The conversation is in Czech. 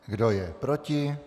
Kdo je proti?